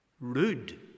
Rude